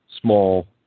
small